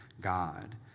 God